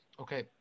okay